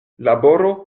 laboro